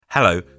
Hello